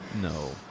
No